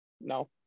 No